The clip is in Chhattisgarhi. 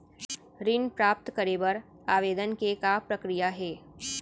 ऋण प्राप्त करे बर आवेदन के का प्रक्रिया हे?